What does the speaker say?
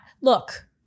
look